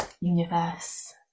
universe